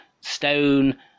stone